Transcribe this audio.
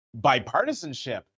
bipartisanship